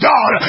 God